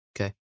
Okay